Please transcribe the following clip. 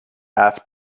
have